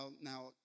now